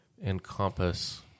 encompass